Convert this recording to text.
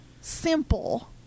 simple